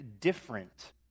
different